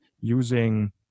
using